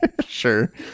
Sure